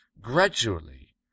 gradually